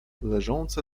leżące